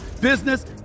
business